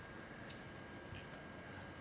S>